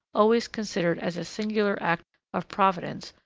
always considered as a singular act of providence,